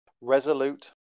resolute